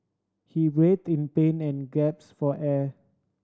he writhed in pain and gasped for air